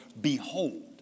behold